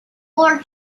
four